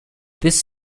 this